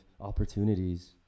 opportunities